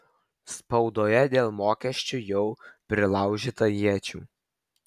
spaudoje dėl mokesčių jau prilaužyta iečių